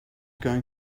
going